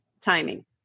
Timing